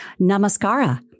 Namaskara